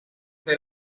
del